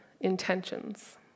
intentions